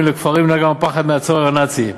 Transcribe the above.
לכפרים נמנה גם הפחד מהצורר הנאצי",